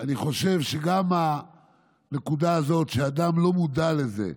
אני חושב שגם הנקודה הזאת שאדם לא מודע לזה,